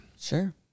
Sure